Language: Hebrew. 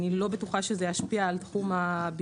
רק אנחנו לא בטוחים שזה ישפיע על תחום הביטוח.